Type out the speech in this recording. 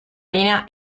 linea